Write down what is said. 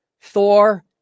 Thor